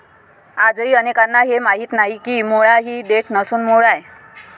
आजही अनेकांना हे माहीत नाही की मुळा ही देठ नसून मूळ आहे